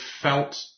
felt